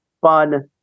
fun